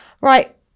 Right